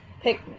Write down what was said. pick